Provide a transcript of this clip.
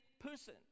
person